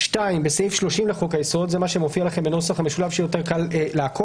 2 זה מה שמופיע לכם בנוסח המשולב כדי שיהיה יותר קל לעקוב.